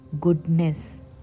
Goodness